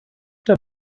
der